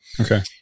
Okay